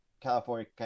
California